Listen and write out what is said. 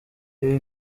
ibi